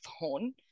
phone